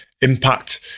impact